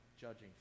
judging